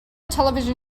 television